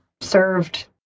served